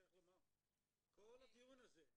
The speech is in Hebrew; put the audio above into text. כל הדיון הזה,